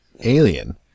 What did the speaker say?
Alien